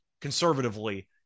conservatively